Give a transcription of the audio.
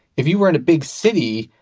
if you were in a big city,